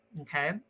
Okay